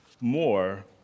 more